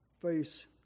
face